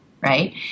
Right